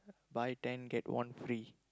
buy ten get one free